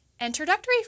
Introductory